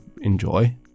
enjoy